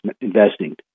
investing